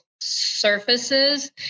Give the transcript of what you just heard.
surfaces